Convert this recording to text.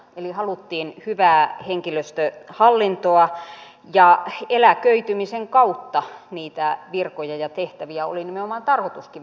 eli haluttiin hyvää henkilöstöhallintoa ja eläköitymisen kautta niitä virkoja ja tehtäviä oli nimenomaan tarkoituskin vähentää